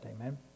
Amen